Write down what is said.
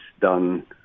done